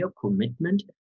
commitment